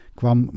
kwam